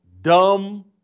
dumb